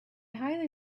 highly